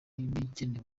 n’ibikenewe